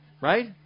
Right